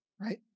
right